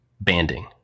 banding